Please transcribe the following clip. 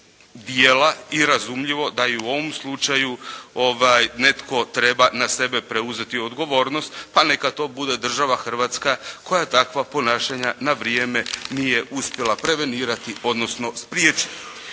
djela i razumljivo da i u ovom slučaju netko treba na sebe preuzeti odgovornost, pa neka to bude država Hrvatska koja takva ponašanja na vrijeme nije uspjela prevenirati, odnosno spriječiti.